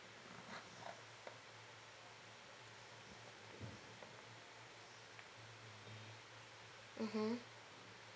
mmhmm